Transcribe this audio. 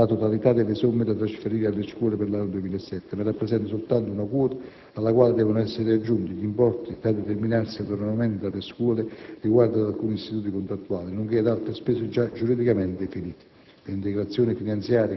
non esaurisce la totalità delle somme da trasferire alle scuole per l'anno 2007, ma rappresenta soltanto una quota, alla quale devono essere aggiunti: gli importi da determinarsi, autonomamente, dalle scuole, riguardo ad alcuni istituti contrattuali nonché ad altre spese già giuridicamente definite;